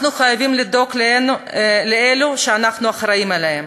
אנחנו חייבים לדאוג לאלו שאנחנו אחראים להם.